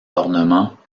ornements